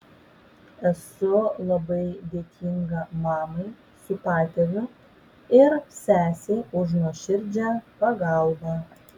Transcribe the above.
esu labai dėkinga mamai su patėviu ir sesei už nuoširdžią pagalbą